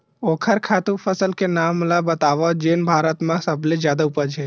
ओखर खातु फसल के नाम ला बतावव जेन भारत मा सबले जादा उपज?